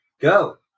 Go